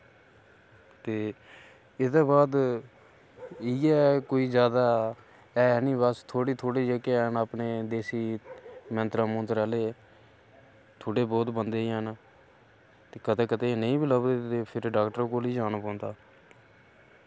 ते एह्दे बाद इ'यै कोई जादा ऐ निं बस थोह्ड़े थोह्ड़े जेह्के हैन आपने देसी मैंतर मुंतर आह्ले थोह्ड़े बोह्त बंदे ही हैन ते कदे कदे नेईं बी लब्भदे फिर डाक्टर कोल ही जाना पौंदा